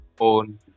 own